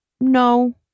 No